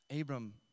Abram